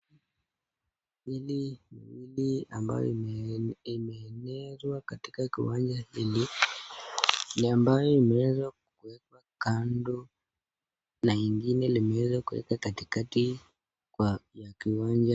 Hili ni gari ambayo imeenezwa katika kiwanja hili ambayo imeweza kuwekwa kando na ingine limeweza kuwekwa katikati kwa ya kiwanja .